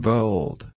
Bold